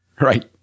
Right